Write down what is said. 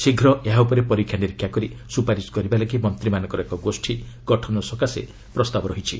ଶୀଘ୍ର ଏହା ଉପରେ ପରୀକ୍ଷା ନିରୀକ୍ଷା କରି ସ୍ରପାରିସ୍ କରିବା ଲାଗି ମନ୍ତ୍ରୀମାନଙ୍କର ଏକ ଗୋଷୀ ଗଠନ ସକାଶେ ପ୍ରସ୍ତାବ ରହିଛି